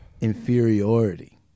inferiority